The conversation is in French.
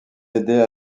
aider